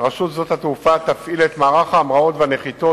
רשות שדות התעופה תפעיל את מערך ההמראות והנחיתות